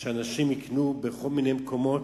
שאנשים יקנו בכל מיני מקומות,